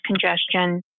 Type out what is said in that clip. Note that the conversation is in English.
congestion